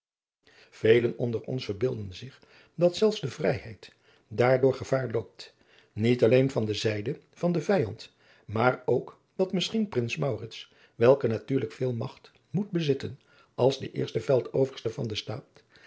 velen onder ons verbeelden zich dat zelfs de vrijheid daardoor gevaar loopt niet alleen van de zijde van den vijand maar ook dat misschien prins maurits welke natuurlijk veel magt moet bezitten als de eerste veldoverste van den staat